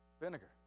Vinegar